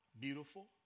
beautiful